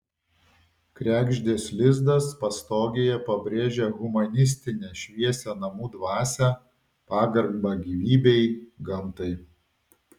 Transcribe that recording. kregždės lizdas pastogėje pabrėžia humanistinę šviesią namų dvasią pagarbą gyvybei gamtai